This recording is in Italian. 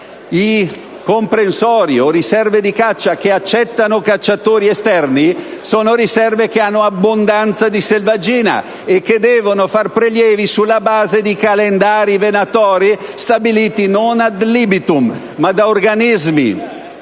I comprensori o riserve di caccia che accettano cacciatori esterni sono riserve che hanno abbondanza di selvaggina e che devono fare prelievi sulla base di calendari venatori stabiliti non *ad libitum*, ma da organismi